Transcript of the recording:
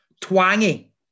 Twangy